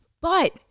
But-